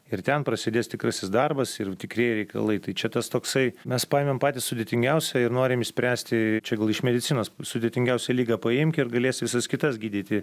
ir ten prasidės tikrasis darbas ir tikrieji reikalai tai čia tas toksai mes paėmėm patį sudėtingiausią ir norim išspręsti čia gal iš medicinos sudėtingiausią ligą paimk ir galėsi visas kitas gydyti